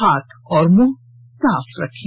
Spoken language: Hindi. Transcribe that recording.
हाथ और मुंह साफ रखें